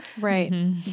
right